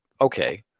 okay